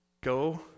Go